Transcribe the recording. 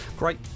Great